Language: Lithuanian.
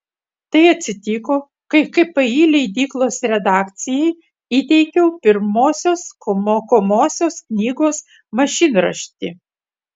tai atsitiko kai kpi leidyklos redakcijai įteikiau pirmosios mokomosios knygos mašinraštį